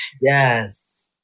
yes